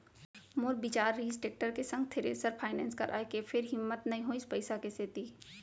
मोर बिचार रिहिस टेक्टर के संग थेरेसर फायनेंस कराय के फेर हिम्मत नइ होइस पइसा के सेती